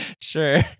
Sure